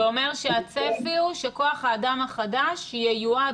זה אומר שהצפי הוא שכוח האדם החדש ייוּעד